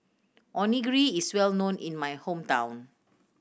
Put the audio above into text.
onigiri is well known in my hometown